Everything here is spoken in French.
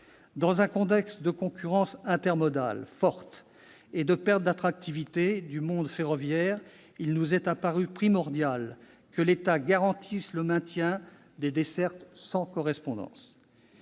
Dans un contexte de concurrence intermodale forte et de perte d'attractivité du mode ferroviaire, il nous est apparu primordial que l'État garantisse le maintien des dessertes directes.